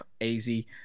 easy